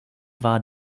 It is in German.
war